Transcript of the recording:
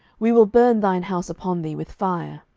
we will burn thine house upon thee with fire.